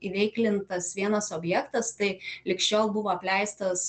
įveiklintas vienas objektas tai lig šiol buvo apleistas